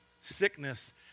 sickness